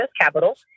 capital